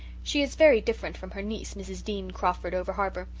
she is very different from her niece, mrs. dean crawford over-harbour.